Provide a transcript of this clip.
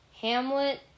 Hamlet